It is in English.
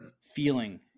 feeling